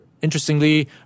Interestingly